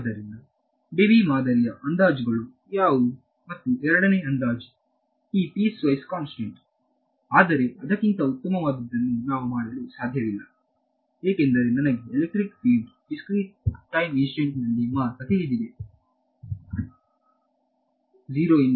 ಆದ್ದರಿಂದ ಡೆಬಿ ಮಾದರಿಯ ಅಂದಾಜುಗಳು ಯಾವುವು ಮತ್ತು ಎರಡನೆಯ ಅಂದಾಜು ಈ ಪೀಸ್ ವೈಸ್ ಕಾನ್ಸ್ಟೆಂಟ್ ಆದರೆ ಅದಕ್ಕಿಂತ ಉತ್ತಮವಾದದ್ದನ್ನು ನಾವು ಮಾಡಲು ಸಾಧ್ಯವಿಲ್ಲ ಏಕೆಂದರೆ ನನಗೆ electric field discrete time instance ನಲ್ಲಿ ಮಾತ್ರ ತಿಳಿದಿದೆ ಏಕೆಂದರೆ ನನಗೆ ಅದು ಎಲ್ಲೆಡೆ ತಿಳಿದಿಲ್ಲ